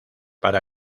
para